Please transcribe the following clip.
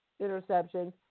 interceptions